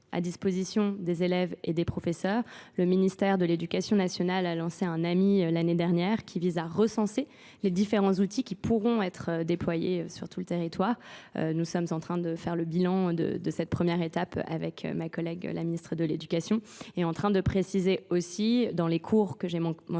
à disposition des élèves et des professeurs, le ministère de l'Éducation nationale a lancé un ami l'année dernière qui vise à recenser les différents outils qui pourront être déployés sur tout le territoire. Nous sommes en train de faire le bilan de cette première étape avec ma collègue, la ministre de l'Éducation. Et en train de préciser aussi dans les cours que j'ai mentionné